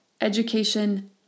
Education